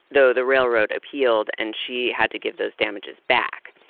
though the railroad appealed and she had to give those damages back.